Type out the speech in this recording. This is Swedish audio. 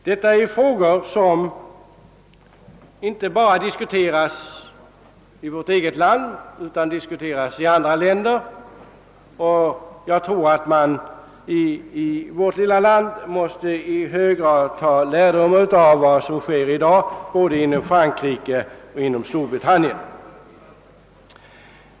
Detta är frågor som inte bara diskuteras i vårt eget land utan som diskuteras i alla länder. Jag tror att man i vårt lilla land i hög grad måste ta lärdom av vad som i dag sker i Frankrike och Storbritannien.